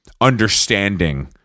understanding